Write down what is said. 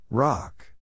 Rock